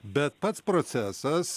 bet pats procesas